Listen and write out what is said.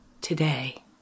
today